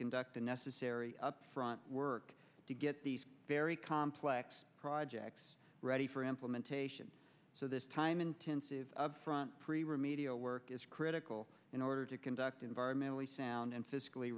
conduct the necessary upfront work to get these very complex projects ready for implementation so this time intensive upfront pre remedial work is critical in order to conduct environmentally sound and fiscally